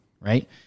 Right